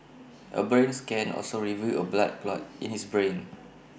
A brain scan also revealed A blood clot in his brain